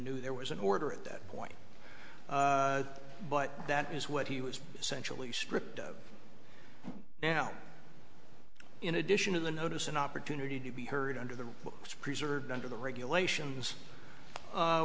knew there was an order at that point but that is what he was essentially stripped of now in addition to the notice an opportunity to be heard under the books preserved under the regulations a